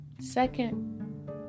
Second